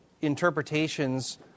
interpretations